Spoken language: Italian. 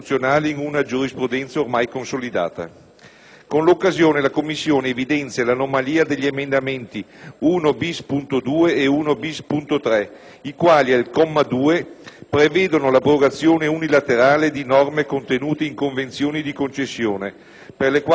Con l'occasione, la Commissione evidenzia l'anomalia degli emendamenti 1-*bis*.2 e 1-*bis.*3, i quali, al comma 6, prevedono l'abrogazione unilaterale di norme contenute in convenzioni dì concessione, per le quali è previsto il coinvolgimento di soggetti privati.